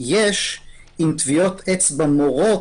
יש עם טביעות אצבע מורות,